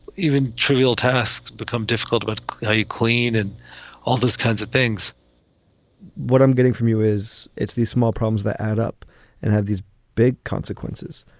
even trivial tasks become difficult. but yeah you clean and all those kinds of things what i'm getting from you is it's these small problems that add up and have these big consequences.